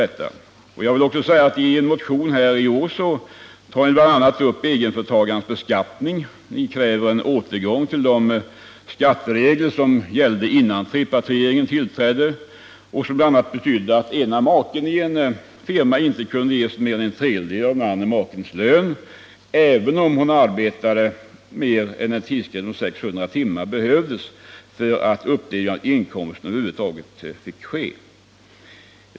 I en motion i år tar ni socialdemokrater bl.a. upp egenföretagarnas beskattning. Ni kräver en återgång till de skatteregler som gällde före trepartiregeringens tillträde och som bl.a. betydde att den ena maken i en firma inte kunde få ut mer än en tredjedel av den andre makens lön, även om hon arbetade mer än de 600 timmar som var en förutsättning för att inkomsten över huvud taget skulle få tas upp.